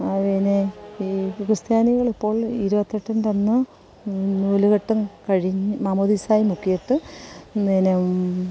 ഈ ക്രിസ്ത്യാനികൾ ഇപ്പോൾ ഇരുപത്തെട്ടിന്റെ അന്ന് നൂലുകെട്ടും കഴിഞ്ഞ് മാമോദിസയും മുക്കിയിട്ട് പിന്നെ